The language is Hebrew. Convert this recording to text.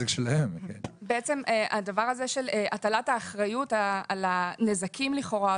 בעצם הדבר הזה של הטלת האחריות על הנזקים לכאורה,